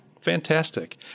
Fantastic